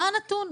מה הנתון?